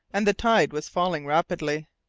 and the tide was falling rapidly.